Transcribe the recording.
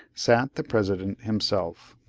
sat the president himself.